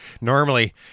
Normally